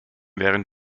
während